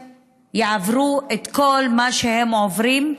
יעברו את כל מה שהם עוברים.